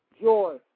joy